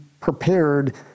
prepared